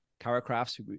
caracrafts